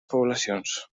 poblacions